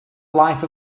life